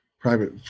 private